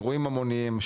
אירועים המוניים,